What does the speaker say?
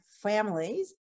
families